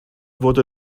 wurde